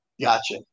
gotcha